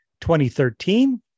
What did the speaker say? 2013